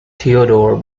theodore